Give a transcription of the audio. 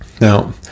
Now